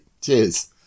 Cheers